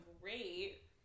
great